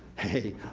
hey,